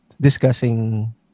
discussing